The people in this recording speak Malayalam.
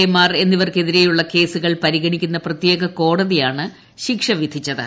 എ മാർ എന്നിവർക്കെതിരേയുള്ള ക്ട്സുകൾ പരിഗണിക്കുന്ന പ്രത്യേക കോടതിയാണ് ശിക്ഷ വീസ്രിച്ചത്